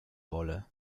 wolle